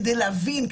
כדי להבין,